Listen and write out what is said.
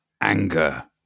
anger